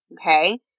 okay